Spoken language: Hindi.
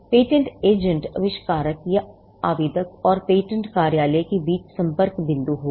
तो पेटेंट एजेंट आविष्कारक या आवेदक और पेटेंट कार्यालय के बीच संपर्क का बिंदु होगा